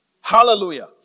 Hallelujah